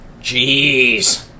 Jeez